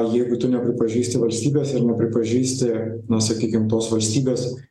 jeigu tu nepripažįsti valstybės ir nepripažįsti na sakykim tos valstybės